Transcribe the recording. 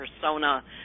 persona